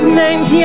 names